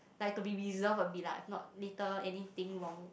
like to be reserved a bit lah if not later anything wrong